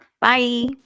Bye